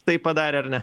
tai padarė ar ne